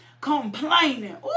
Complaining